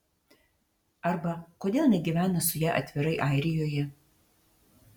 arba kodėl negyvena su ja atvirai airijoje